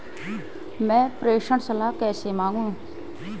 मैं प्रेषण सलाह कैसे मांगूं?